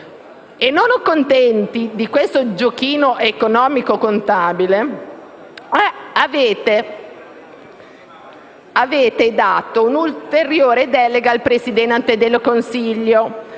Non contenti di questo giochino economico-contabile, avete dato un'ulteriore delega al Presidente del Consiglio